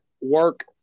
work